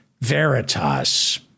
Veritas